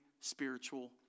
spiritual